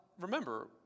remember